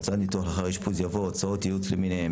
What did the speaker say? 'הוצאות ניתוח לאחר אשפוז' יבוא 'הוצאות ייעוץ למיניהן'.